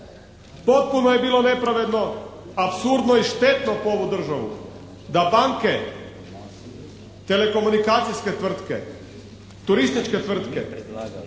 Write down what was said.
Potpuno je bilo nepravedno, apsurdno i štetno po ovu državu da banke, telekomunikacijske tvrtke, turističke tvrtke ostvaruju